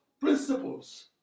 principles